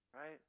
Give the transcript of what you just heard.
Right